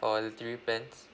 for the three plans